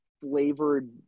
flavored